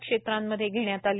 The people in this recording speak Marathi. क्षेत्रांमध्ये घेण्यात आली